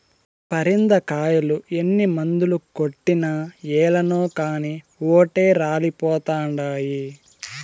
పరింద కాయలు ఎన్ని మందులు కొట్టినా ఏలనో కానీ ఓటే రాలిపోతండాయి